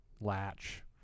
latch